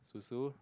Susu